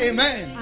Amen